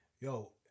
yo